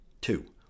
Two